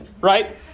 right